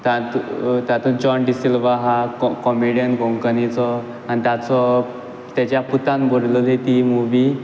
तातूंत जोन डिसिल्वा हा को कॉमिडीयन कोंकणीचो आनी ताचो तेच्या पुतान बुरोयलोली ती मुवी